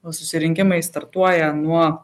susirinkimai startuoja nuo